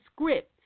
script